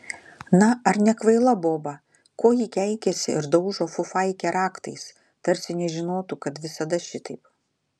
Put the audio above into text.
na ar nekvaila boba ko ji keikiasi ir daužo fufaikę raktais tarsi nežinotų kad visada šitaip